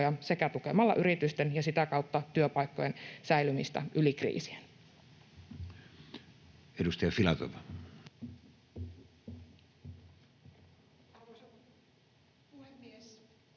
sekä tukemalla yritysten ja sitä kautta työpaikkojen säilymistä yli kriisien. Edustaja Filatov.